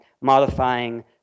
modifying